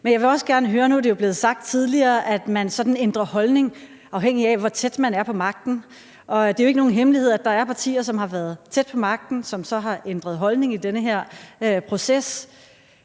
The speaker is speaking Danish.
Men jeg vil også gerne høre noget. Nu er det jo blevet sagt tidligere, at man sådan ændrer holdning, afhængigt af hvor tæt man er på magten, og det er jo ikke nogen hemmelighed, at der er partier, som har været tæt på magten, og som så har ændret holdning i den her proces,